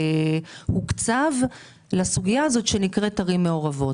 הוקצב לסוגיה של הערים המעורבות.